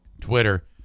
Twitter